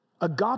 Agape